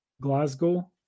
Glasgow